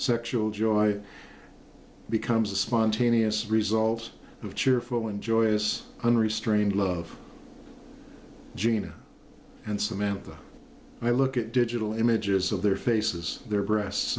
sexual joy becomes a spontaneous result of cheerful and joyous unrestrained love gina and samantha i look at digital images of their faces their breas